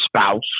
spouse